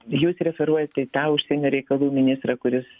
jūs referuojat į tą užsienio reikalų ministrą kuris